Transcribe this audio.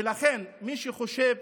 ולכן מי שחושב